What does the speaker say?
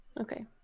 Okay